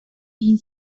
been